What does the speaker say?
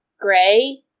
gray